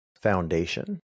foundation